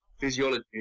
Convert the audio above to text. physiology